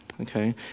okay